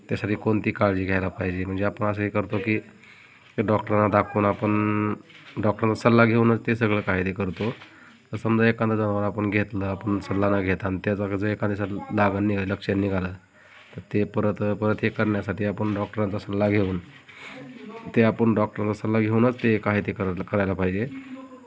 त्यासाठी कोणती काळजी घ्यायला पाहिजे म्हणजे आपण असं हे करतो की डॉक्टरांना दाखवून आपण डॉक्टरांचा सल्ला घेऊनच ते सगळं काही ते करतो तर समजा एखादा जनावर आपण घेतलं आपण सल्ला ना घेता न त्याचा जर एखाद्या सल् लागन निघालं लक्षण निघालं तर ते परत परत हे करण्यासाठी आपण डॉक्टरांचा सल्ला घेऊन ते आपण डॉक्टरांचा सल्ला घेऊनच ते काही ते कराय करायला पाहिजे